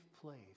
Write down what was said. place